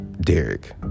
Derek